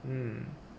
mm